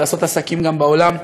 לעשות עסקים גם בעולם,